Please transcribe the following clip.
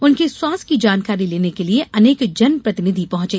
उनके स्वास्थ्य की जानकारी लेने के लिए अनेक जनप्रतिनिधि अस्पताल पहुंचे